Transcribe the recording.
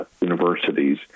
universities